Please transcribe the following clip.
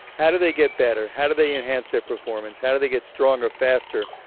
how do they get better, how do they enhance their performance, how do they get stronger, faster,